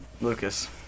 Lucas